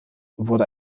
wurde